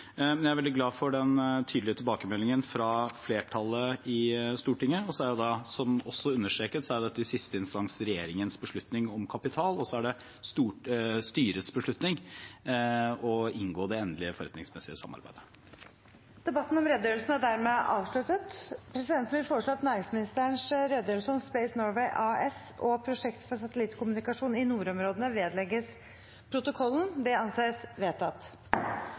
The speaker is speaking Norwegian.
men grunnen til at jeg har bedt om å få redegjøre for Stortinget på kort varsel, er at i noen scenarioer kan det – hvis man tolker forutsetningene til Stortinget strengt – være slik at forutsetningene ikke oppfylles. Jeg er veldig glad for den tydelige tilbakemeldingen fra flertallet i Stortinget. Så er det, som det også understrekes, i siste instans regjeringens beslutning om kapital, og det er styrets beslutning å inngå det endelige forretningsmessige samarbeidet. Debatten om redegjørelsen er dermed avsluttet.